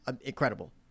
incredible